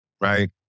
Right